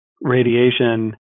radiation